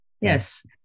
Yes